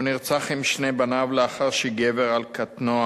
הוא נרצח עם שני בניו לאחר שגבר על קטנוע